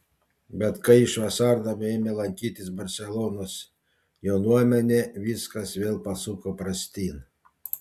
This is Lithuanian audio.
bet kai iš vasarnamių ėmė lankytis barselonos jaunuomenė viskas vėl pasuko prastyn